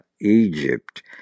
Egypt